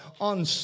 on